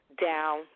down